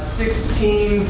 sixteen